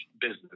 business